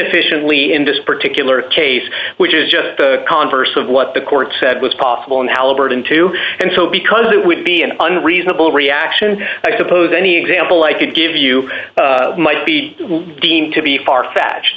inefficiently indus particular case which is just the converse of what the court said was possible in halliburton too and so because it would be an unreasonable reaction i suppose any example i could give you might be deemed to be far fetched